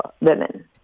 women